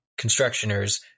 constructioners